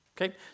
Okay